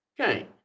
Okay